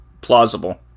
plausible